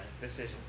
decision